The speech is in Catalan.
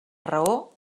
raó